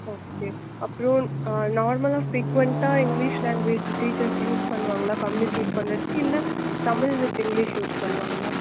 okay அப்புறோம் நார்மலாக ப்ரீகொயன்டாக இங்கிலீஷ் லாங்குவேஜ் டீச்சர்ஸ் யூஸ் பண்ணுவாங்களா கம்யூனிகேட் பண்ணுறதுக்கு இல்லை தமிழ் வித் இங்கிலீஷ் யூஸ் பண்ணுவாங்களா